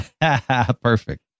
Perfect